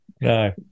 no